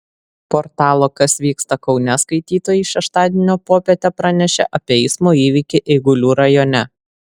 portalo kas vyksta kaune skaitytojai šeštadienio popietę pranešė apie eismo įvykį eigulių rajone